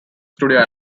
studio